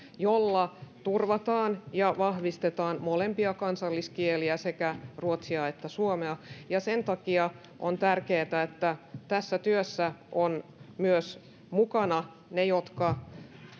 jolla turvataan ja vahvistetaan molempia kansalliskieliä sekä ruotsia että suomea sen takia on tärkeää että tässä työssä ovat mukana myös ne jotka